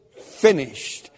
finished